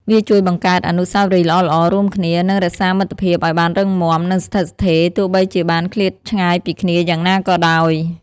វាជួយបង្កើតអនុស្សាវរីយ៍ល្អៗរួមគ្នា និងរក្សាមិត្តភាពឲ្យបានរឹងមាំ និងស្ថិតស្ថេរ ទោះបីជាបានឃ្លាតឆ្ងាយពីគ្នាយ៉ាងណាក៏ដោយ។